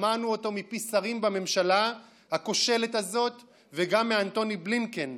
שמענו אותו מפי שרים בממשלה הכושלת הזאת וגם מאנתוני בלינקן,